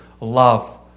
love